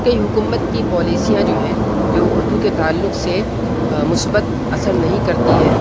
کئی حکومت کی پالیسیاں جو ہیں جو اردو کے تعلق سے مثبت اثر نہیں کرتی ہے